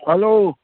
hello